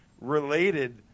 related